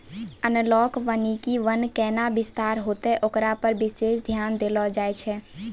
एनालाँक वानिकी वन कैना विस्तार होतै होकरा पर विशेष ध्यान देलो जाय छै